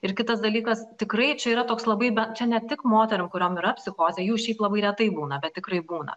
ir kitas dalykas tikrai čia yra toks labai be čia ne tik moterų kuriom yra psichozė jų šiaip labai retai būna bet tikrai būna